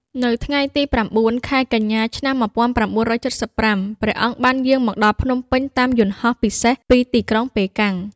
នៅថ្ងៃទី៩ ខែកញ្ញា ឆ្នាំ១៩៧៥ ព្រះអង្គបានយាងមកដល់ភ្នំពេញតាមយន្តហោះពិសេសពីទីក្រុងប៉េកាំង។